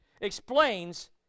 explains